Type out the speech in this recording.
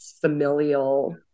familial